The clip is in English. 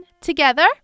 together